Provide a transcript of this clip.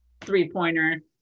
three-pointer